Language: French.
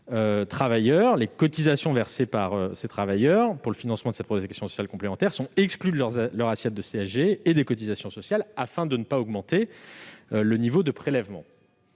les cotisations versées par les travailleurs pour le financement de leur protection sociale complémentaire soient exclues de l'assiette de la CSG et des cotisations sociales, afin de ne pas augmenter le niveau de leurs prélèvements